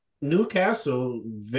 Newcastle